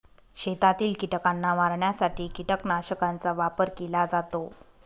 शेतातील कीटकांना मारण्यासाठी कीटकनाशकांचा वापर केला जातो